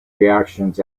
reactions